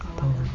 mm